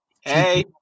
Hey